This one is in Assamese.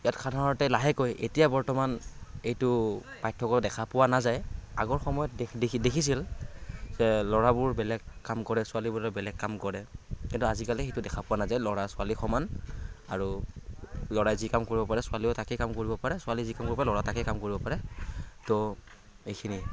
ইয়াত সাধাৰণতে লাহেকৈ এতিয়া বৰ্তমান এইটো পাৰ্থক্য দেখা পোৱা নাযায় আগৰ সময়ত দেখিছিল যে ল'ৰাবোৰ বেলেগ কাম কৰে ছোৱালীবোৰে বেলেগ কাম কৰে কিন্তু আজিকালি সেইটো দেখা পোৱা নাযায় ল'ৰা ছোৱালী সমান আৰু ল'ৰাই যি কাম কৰিব পাৰে ছোৱালীয়েও তাকেই কাম কৰিব পাৰে ছোৱালীয়ে যি কাম কৰিব পাৰে ল'ৰাই তাকে কাম কৰিব পাৰে ত' এইখিনিয়ে